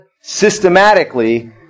systematically